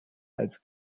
als